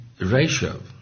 ratio